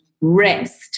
rest